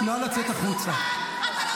החוצה.